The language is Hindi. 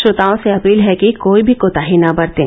श्रोताओं से अपील है कि कोई भी कोताही न बरतें